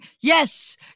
Yes